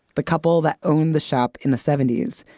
the couple that owned the shop in the seventy s.